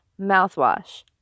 mouthwash